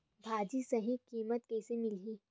भाजी सही कीमत कइसे मिलही?